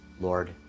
Lord